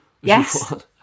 Yes